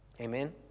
Amen